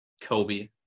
kobe